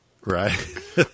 right